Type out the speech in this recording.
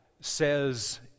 says